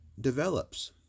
develops